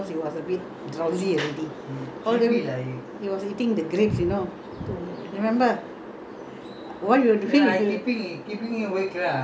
at night the driver was almost taking grapes grapes almost he was a bit drowsy already all the way he was eating the grapes you know you remember